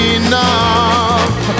enough